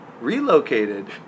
relocated